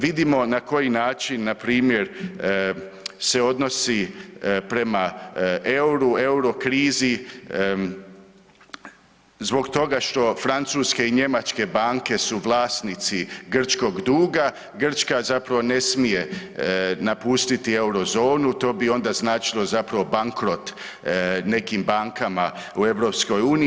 Vidimo na koji način npr. se odnosi prema EUR-u, eurokrizi, zbog toga što francuske i njemačke banke su vlasnici Grčkog duga, Grčka zapravo ne smije napustiti Eurozonu to bi onda značilo zapravo bankrot nekim bankama u EU.